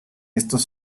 estos